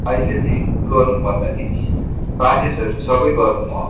अहिले चाहिँ के गरौँ भन्दाखेरि क्लासेसहरू सबै गरौँ हो